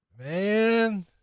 man